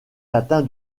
latin